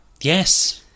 yes